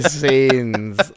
scenes